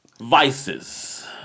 vices